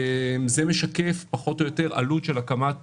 זה משקף פחות או יותר עלות של הקמת